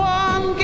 one